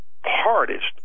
hardest